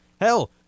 Hell